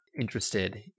interested